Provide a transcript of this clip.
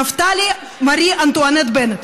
נפתלי מרי אנטואנט בנט.